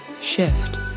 shift